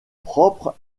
propre